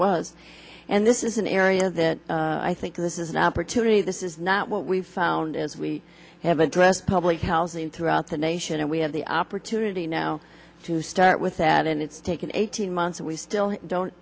was and this is an area that i think this is an opportunity this is not what we found as we have addressed public housing throughout the nation and we have the opportunity now to start with that and it's taken eighteen months and we still don't